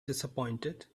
disappointed